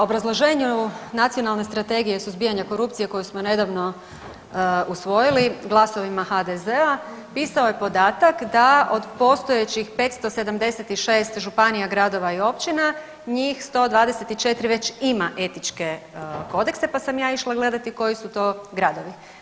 U obrazloženju Nacionalne strategije suzbijanja korupcije koju smo nedavno usvojili glasovima HDZ-a pisao je podatak da od postojećih 576 županija, gradova i općina njih 124 već ima etičke kodekse, pa sam ja išla gledati koji su to gradovi.